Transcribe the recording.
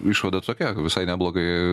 išvada tokia visai neblogai